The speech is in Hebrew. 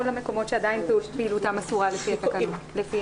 כל המקומות שעדיין פעילותם אסורה לפי התקנות.